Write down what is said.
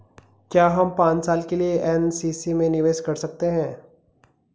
क्या हम पांच साल के लिए एन.एस.सी में निवेश कर सकते हैं?